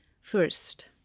First